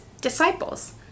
disciples